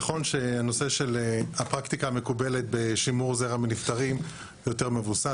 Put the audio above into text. נכון שהנושא של הפרקטיקה המקובלת בשימור זרע מנפטרים יותר מבוסס,